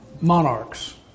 monarchs